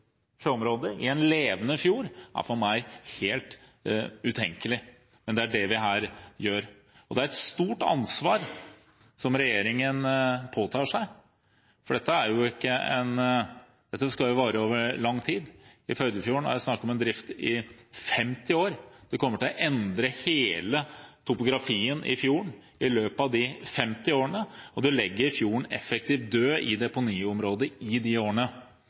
i en levende fjord – er for meg helt utenkelig, men det er det vi her gjør. Det er et stort ansvar regjeringen påtar seg, for dette skal jo vare i lang tid. I Førdefjorden er det snakk om drift i 50 år. Hele topografien i fjorden kommer til å bli endret i løpet av de 50 årene, og det legger fjorden effektivt død i deponiområdet i de årene.